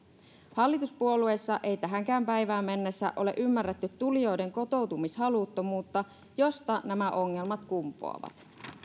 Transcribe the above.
hallituspuolueissa ei tähänkään päivään mennessä ole ymmärretty tulijoiden kotoutumishaluttomuutta josta nämä ongelmat kumpuavat